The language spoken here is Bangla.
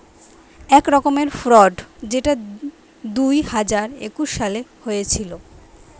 এক রকমের ফ্রড যেটা দুই হাজার একুশ সালে হয়েছিল